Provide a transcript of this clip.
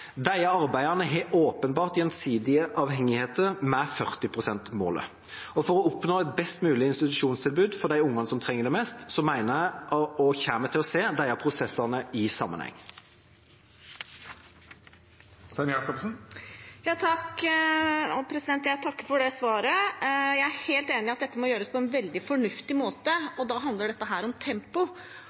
arbeidene har åpenbart gjensidige avhengigheter med 40 pst.-målet. For å oppnå et best mulig institusjonstilbud for de barna som trenger det mest, kommer jeg til å se disse prosessene i sammenheng. Jeg takker for svaret. Jeg er helt enig i at dette må gjøres på en veldig fornuftig måte. Da handler det om tempo, og da har vi egentlig ganske dårlig tid. Da familie- og kulturkomiteen nylig hadde høring om